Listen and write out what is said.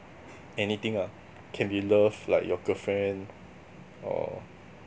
anything lah can be love like your girlfriend or